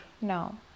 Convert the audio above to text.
now